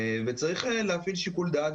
וצריך להפעיל שיקול דעת.